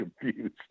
confused